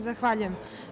Zahvaljujem.